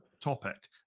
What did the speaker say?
Topic